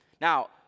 Now